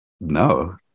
no